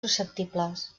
susceptibles